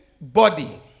body